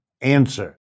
Answer